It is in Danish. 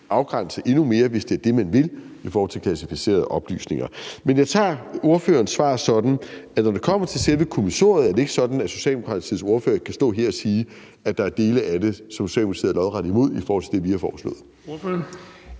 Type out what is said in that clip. afgrænse det endnu mere, hvis det er det, man vil, i forhold til klassificerede oplysninger. Men jeg tager ordførerens svar sådan, at når det kommer til selve kommissoriet, er det ikke sådan, at Socialdemokratiets ordfører kan stå her og sige, at der er dele af det, som Socialdemokratiet er lodret imod, i forhold til det, som vi har foreslået. Kl.